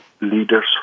leaders